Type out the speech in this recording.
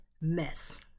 mess